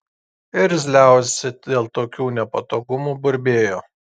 irzliausi dėl tokių nepatogumų burbėjo